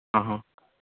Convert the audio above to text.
हां